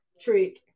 trick